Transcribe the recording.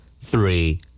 three